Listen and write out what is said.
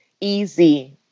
easy